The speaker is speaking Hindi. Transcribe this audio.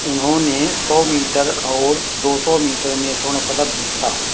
उन्होंने सौ मीटर और दो सौ मीटर में स्वर्ण पदक जीता